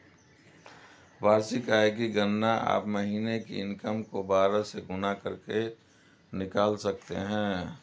वार्षिक आय की गणना आप महीने की इनकम को बारह से गुणा करके निकाल सकते है